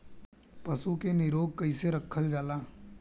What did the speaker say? पशु के निरोग कईसे रखल जाला?